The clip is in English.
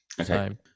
Okay